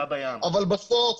הם אומרים